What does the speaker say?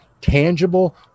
tangible